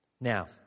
Now